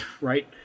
Right